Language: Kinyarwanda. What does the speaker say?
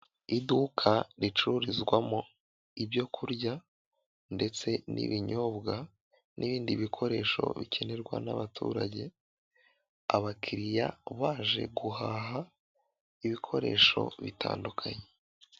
Iduka ricururizwamo ibyoku kurya ndetse n'ibinyobwa n'ibindi bikoresho bikenerwa n'abaturage, abakiriya baje guhaha ibikoresho bitandukanye.